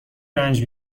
رنج